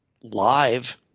live